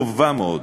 טובה מאוד,